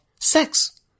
sex